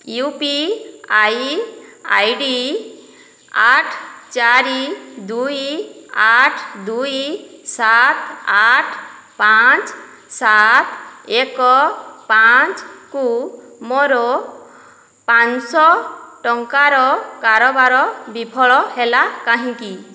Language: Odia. you P I I D ଆଠ ଚାରି ଦୁଇ ଆଠ ଦୁଇ ସାତ ଆଠ ପାଞ୍ଚ ସାତ ଏକ ପାଞ୍ଚକୁ ମୋର ପାଞ୍ଚଶହ ଟଙ୍କାର କାରବାର ବିଫଳ ହେଲା କାହିଁକି